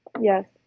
Yes